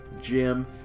Jim